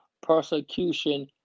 persecution